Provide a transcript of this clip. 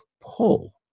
pull